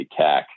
CAC